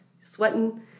sweating